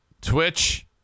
Twitch